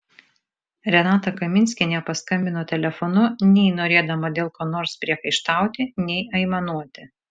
renata kaminskienė paskambino telefonu nei norėdama dėl ko nors priekaištauti nei aimanuoti